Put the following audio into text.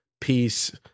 peace